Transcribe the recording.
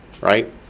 Right